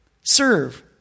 Serve